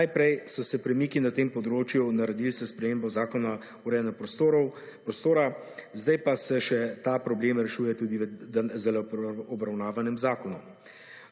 Najprej so se premiki na tem področju naredili s spremembo Zakona o urejanju prostora, zdaj pa se še ta problem rešuje tudi zdajle v obravnavanem zakonu.